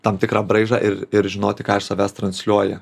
tam tikrą braižą ir ir žinoti ką iš savęs transliuoji